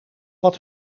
wat